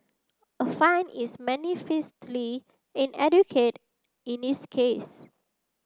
a fine is manifestly inadequate in this case